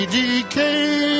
decay